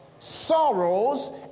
sorrows